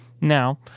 Now